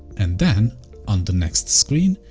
and then on the next screen,